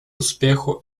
успеху